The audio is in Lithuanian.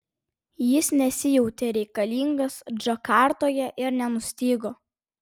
jis nesijautė reikalingas džakartoje ir nenustygo